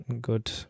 good